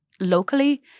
locally